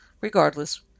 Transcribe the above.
regardless